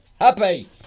happy